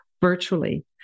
virtually